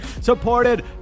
Supported